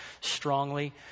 strongly